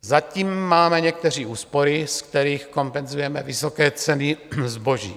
Zatím máme někteří úspory, ze kterých kompenzujeme vysoké ceny zboží.